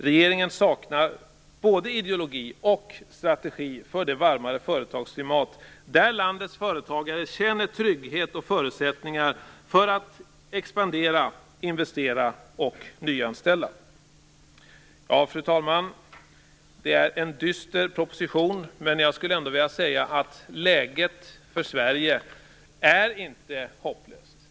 Regeringen saknar både ideologi och strategi för ett varmare företagsklimat där landets företagare känner trygghet och har förutsättningar för att expandera, investera och nyanställa. Herr talman! Det är en dyster proposition, men jag skulle ändå vilja säga att läget för Sverige inte är hopplöst.